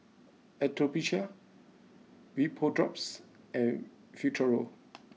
Atopiclair VapoDrops and Futuro